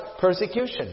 persecution